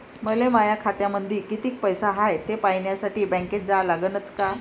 मले माया खात्यामंदी कितीक पैसा हाय थे पायन्यासाठी बँकेत जा लागनच का?